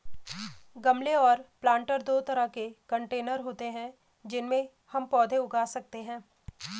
गमले और प्लांटर दो तरह के कंटेनर होते है जिनमें हम पौधे उगा सकते है